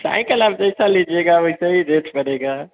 cycle आप जैसा लीजिएगा वैसा ही रेट पड़ेगा